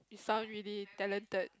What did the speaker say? you sounds really talented